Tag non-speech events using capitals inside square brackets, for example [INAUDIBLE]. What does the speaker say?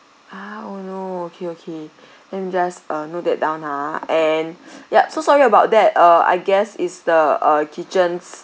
ah oh no okay okay let me just uh note that down ah and [NOISE] yup so sorry about that uh I guess it's the uh kitchen's